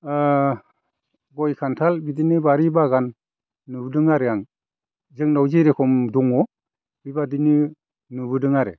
गय खान्थाल बिदिनो बारि बागान नुबोदों आरो आं जोंनाव जेरोखोम दङ बेबायदिनो नुबोदों आरो